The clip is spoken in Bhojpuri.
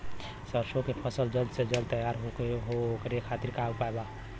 सरसो के फसल जल्द से जल्द तैयार हो ओकरे खातीर का उपाय बा?